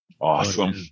Awesome